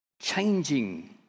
Changing